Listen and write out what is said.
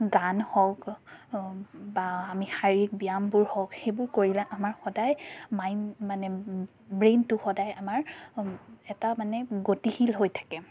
গান হওক বা আমি শাৰীৰিক ব্যায়ামবোৰ হওক সেইবোৰ কৰিলে আমাৰ সদায় মাইণ্ড মানে ব্ৰেইনটো সদায় আমাৰ এটা মানে গতিশীল হৈ থাকে